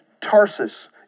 Tarsus